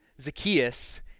Zacchaeus